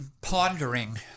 pondering